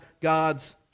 God's